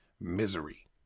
misery